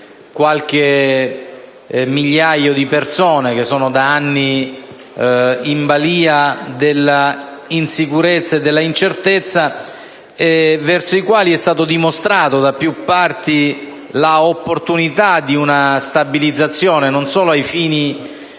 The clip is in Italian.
qualche migliaio di persone da anni in balìa dell'insicurezza e dell'incertezza e nei confronti della quali è stata dichiarata da più parti l'opportunità di una stabilizzazione, non solo ai fini